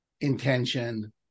intention